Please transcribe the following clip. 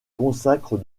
consacre